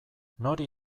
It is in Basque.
nori